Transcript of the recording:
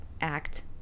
act